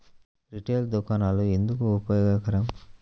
Retail దుకాణాలు ఎందుకు ఉపయోగకరం?